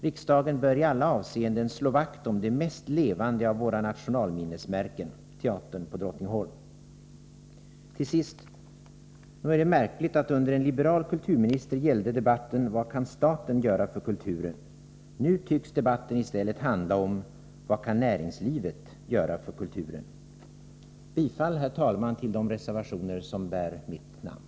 Riksdagen bör i alla avseenden slå vakt om det mest levande av våra nationalminnesmärken, teatern på Drottningholm. Till sist. Nog är det märkligt att under en liberal kulturminister gällde debatten: Vad kan staten göra för kulturen? Nu tycks debatten i stället handla om: Vad kan näringslivet göra för kulturen? Herr talman! Jag yrkar bifall till de reservationer som bär mitt namn.